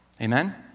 Amen